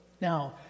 Now